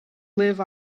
live